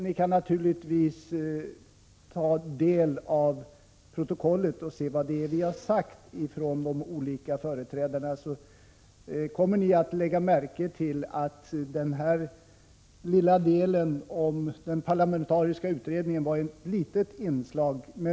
Ni kan naturligtvis ta del av protokollet och se vad de olika partiernas företrädare har sagt. Då kommer ni att lägga märke till att vad som yttrats om den parlamentariska utredningen har varit ett litet inslag.